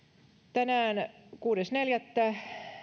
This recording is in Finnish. tänään kuudes neljättä